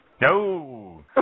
No